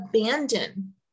abandon